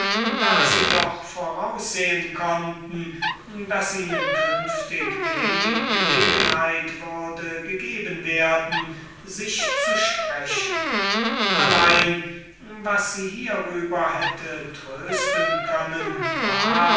da sie doch voraus sehen konnten daß ihnen künftig wenig gelegenheit würde gegeben werden sich zu besprechen allein was sie hierüber hätte trösten können war